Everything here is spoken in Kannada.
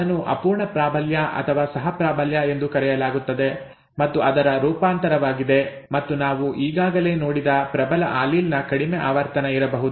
ಅದನ್ನು ಅಪೂರ್ಣ ಪ್ರಾಬಲ್ಯ ಅಥವಾ ಸಹ ಪ್ರಾಬಲ್ಯ ಎಂದು ಕರೆಯಲಾಗುತ್ತದೆ ಮತ್ತು ಅದರ ರೂಪಾಂತರವಾಗಿದೆ ಮತ್ತು ನಾವು ಈಗಾಗಲೇ ನೋಡಿದ ಪ್ರಬಲ ಆಲೀಲ್ ನ ಕಡಿಮೆ ಆವರ್ತನ ಇರಬಹುದು